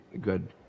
good